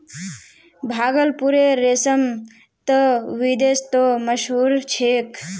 भागलपुरेर रेशम त विदेशतो मशहूर छेक